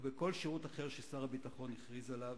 או בכל שירות אחר ששר הביטחון הכריז עליו,